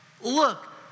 look